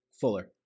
Fuller